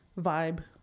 vibe